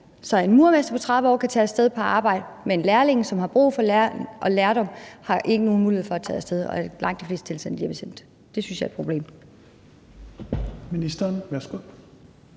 Så en murermester på 30 år kan tage af sted på arbejde, men lærlingen, der har brug for lærdom, har ikke nogen mulighed for at tage af sted. Og langt de fleste er sendt hjem. Det synes jeg er et problem.